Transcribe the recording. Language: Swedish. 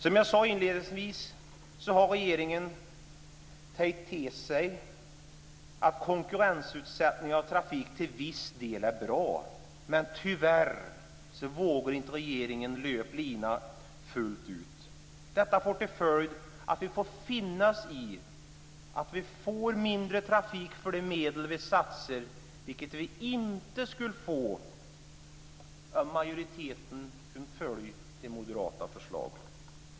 Som jag sade inledningsvis har regeringen tagit till sig att konkurrensutsättning av trafik till viss del är bra, men tyvärr vågar inte regeringen löpa linan fullt ut. Detta får till följd att vi får finna oss i att vi får mindre trafik för de medel vi satsar, vilket vi inte skulle få om majoriteten kunde följa de moderata förslagen.